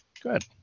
Good